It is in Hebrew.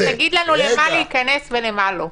אז תגיד לנו למה להיכנס ולמה לא.